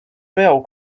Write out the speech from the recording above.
bell